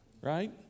right